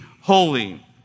holy